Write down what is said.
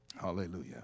Hallelujah